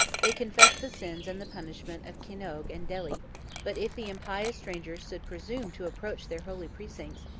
they confessed the sins and the punishment of kinnoge and delhi but if the impious stranger should presume to approach their holy precincts,